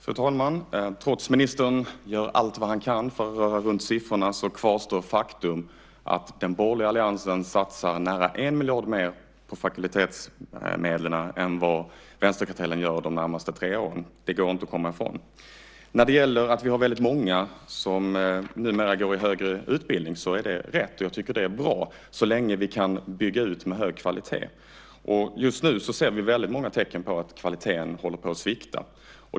Fru talman! Trots att ministern gör allt han kan för att röra runt siffrorna kvarstår faktum: att den borgerliga alliansen satsar nära 1 miljard mer på fakultetsmedlen än vad vänsterkartellen gör de närmaste tre åren. Det går inte att komma ifrån. Att vi har väldigt många som numera går i högre utbildning är rätt, och jag tycker att det är bra så länge vi kan bygga ut med hög kvalitet. Just nu ser vi väldigt många tecken på att kvaliteten håller på att svikta.